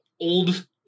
old